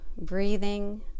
breathing